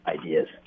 ideas